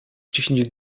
dziesięć